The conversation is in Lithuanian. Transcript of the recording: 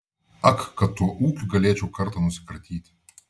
ak kad tuo ūkiu galėčiau kartą nusikratyti